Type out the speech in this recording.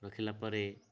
ରଖିଲା ପରେ